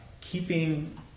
keeping